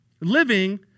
living